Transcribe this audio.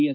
S